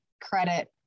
credit